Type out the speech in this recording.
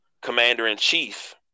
Commander-in-Chief